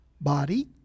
body